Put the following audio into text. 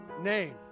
name